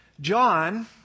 John